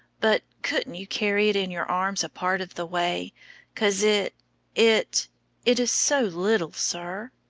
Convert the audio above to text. but, couldn't you carry it in your arms a part of the way cause it it it is so little, sir?